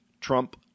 Trump